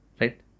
Right